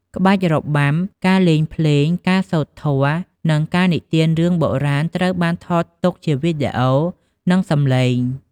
ក្បាច់របាំ ការលេងភ្លេង ការសូត្រធម៌ និងការនិទានរឿងបុរាណត្រូវបានថតទុកជាវីដេអូ និងសំឡេង។